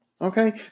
Okay